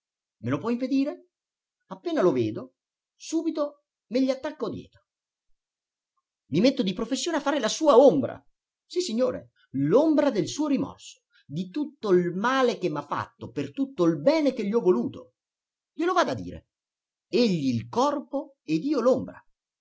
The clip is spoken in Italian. me lo può impedire appena lo vedo subito me gli attacco dietro i metto di professione a fare la sua ombra sissignore l'ombra del suo rimorso di tutto il male che m'ha fatto per tutto il bene che gli ho voluto glielo vada a dire egli il corpo ed io